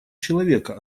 человека